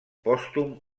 pòstum